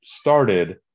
started